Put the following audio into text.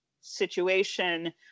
situation